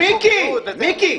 מיקי, מיקי.